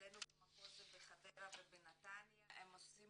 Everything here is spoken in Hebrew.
אצלנו במחוז בחדרה ובנתניה, הן עושות